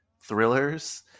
thrillers